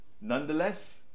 Nonetheless